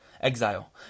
Exile